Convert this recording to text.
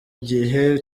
gihe